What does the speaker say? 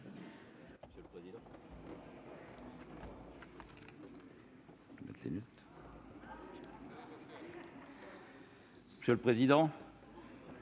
Monsieur le président,